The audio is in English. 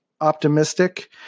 optimistic